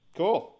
cool